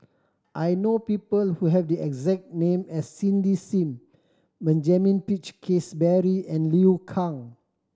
I know people who have the exact name as Cindy Sim Benjamin Peach Keasberry and Liu Kang